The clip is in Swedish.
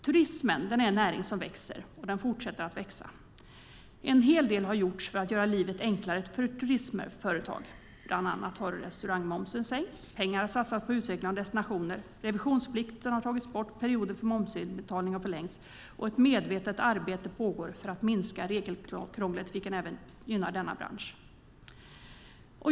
Turismen är en näring som växer och som fortsätter att växa. En hel del har gjorts för att göra livet enklare för turismföretagare. Bland annat har restaurangmomsen sänkts, pengar satsats på utveckling av destinationer, revisionsplikten tagits bort, perioden för momsinbetalning förlängts och ett medvetet arbete pågår för att minska regelkrånglet, vilket även gynnar denna bransch.